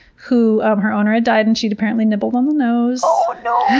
who, um her owner had died and she apparently nibbled on the nose. oh no!